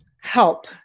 help